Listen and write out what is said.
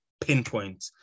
pinpoint